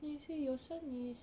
then I say your son is